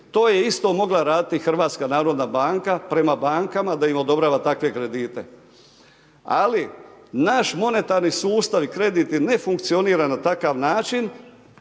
to je isto mogla raditi i HNB prema bankama da im odobrava takve kredite. Ali, naš monetarni sustav i kreditni ne funkcionira na takav način